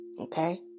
Okay